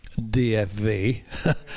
DFV